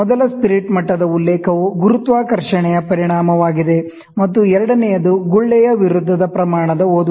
ಮೊದಲ ಸ್ಪಿರಿಟ್ ಮಟ್ಟದ ಉಲ್ಲೇಖವು ಗುರುತ್ವಾಕರ್ಷಣೆಯ ಪರಿಣಾಮವಾಗಿದೆ ಮತ್ತು ಎರಡನೆಯದು ಬಬಲ್ ವಿರುದ್ಧದ ಪ್ರಮಾಣದ ಓದುವಿಕೆ